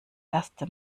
erste